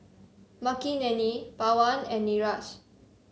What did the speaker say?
Makineni Pawan and Niraj